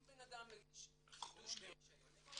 אם בנאדם מגיש חידוש לרישיון למה הוא